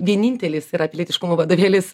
vienintelis yra pilietiškumo vadovėlis